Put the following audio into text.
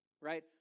Right